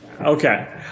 Okay